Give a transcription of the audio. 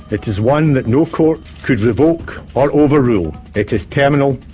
it is one that no court could revoke or overrule it is terminal,